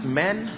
men